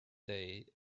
day